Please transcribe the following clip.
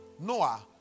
Noah